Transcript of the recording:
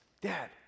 Dad